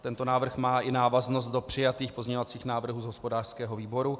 Tento návrh má i návaznost do přijatých pozměňovacích návrhů z hospodářského výboru.